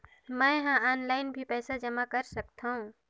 मैं ह ऑनलाइन भी पइसा जमा कर सकथौं?